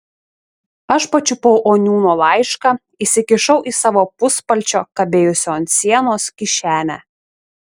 aš pačiupau oniūno laišką įsikišau į savo puspalčio kabėjusio ant sienos kišenę